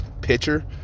pitcher